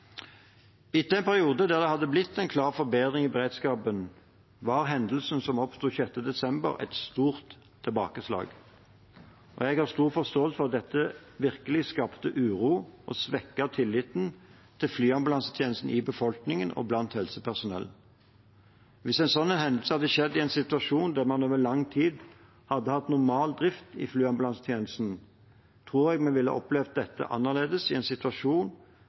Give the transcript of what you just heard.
Etter en periode der det hadde blitt en klar forbedring i beredskapen, var hendelsen som oppsto 6. desember, et stort tilbakeslag. Jeg har stor forståelse for at dette virkelig skapte uro og svekket tilliten til flyambulansetjenesten i befolkningen og blant helsepersonell. Hvis en slik hendelse hadde skjedd i en situasjon der man over lang tid hadde hatt normal drift i flyambulansetjenesten, tror jeg vi ville opplevd dette annerledes enn det vi gjorde i en situasjon